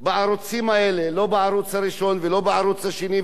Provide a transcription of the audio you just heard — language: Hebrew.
לא בערוץ הראשון ולא בערוץ השני וגם לא בערוץ-10,